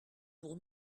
pour